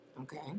Okay